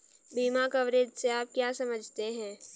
बीमा कवरेज से आप क्या समझते हैं?